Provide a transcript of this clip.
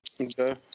Okay